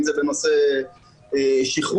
אם זה בנושא שכרות,